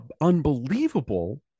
unbelievable